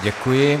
Děkuji.